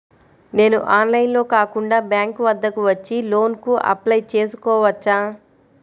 నేను ఆన్లైన్లో కాకుండా బ్యాంక్ వద్దకు వచ్చి లోన్ కు అప్లై చేసుకోవచ్చా?